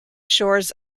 shores